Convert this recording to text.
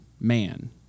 man